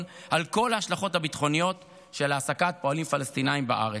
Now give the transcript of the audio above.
על כל ההשלכות הביטחוניות של העסקת פועלים פלסטינים בארץ.